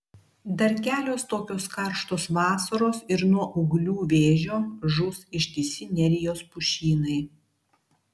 dar kelios tokios karštos vasaros ir nuo ūglių vėžio žus ištisi nerijos pušynai